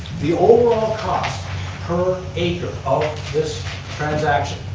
the overall cost per acre of this transaction,